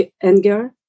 anger